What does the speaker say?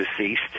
deceased